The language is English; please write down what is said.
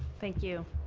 thank you.